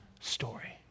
story